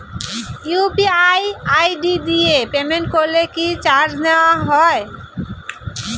UPI ID দিয়ে payment করলে কি চার্জ নেয়া হয়?